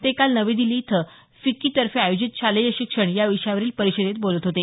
ते काल नवी दिल्ली इथं फिक्की तर्फे आयोजित शालेय शिक्षण या विषयावरील परिषदेत बोलत होते